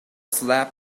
slap